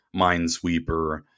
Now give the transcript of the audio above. Minesweeper